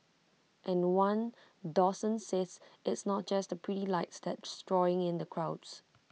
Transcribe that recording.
and one docent says it's not just the pretty lights that's drawing in the crowds